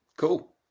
Cool